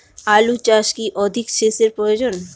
আলু চাষে কি অধিক সেচের প্রয়োজন?